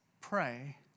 pray